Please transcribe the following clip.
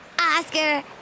Oscar